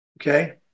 Okay